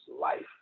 life